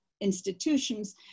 institutions